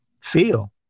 feel